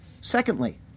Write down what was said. Secondly